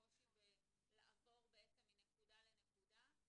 הקושי בלעבור בעצם מנקודה לנקודה,